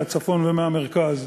מהצפון ומהמרכז,